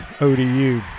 ODU